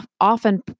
often